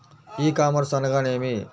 ఈ కామర్స్ అనగా నేమి?